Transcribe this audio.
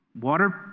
water